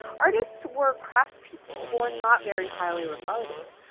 artists were craftspeople who were not very highly regarded.